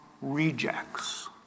rejects